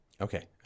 Okay